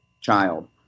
child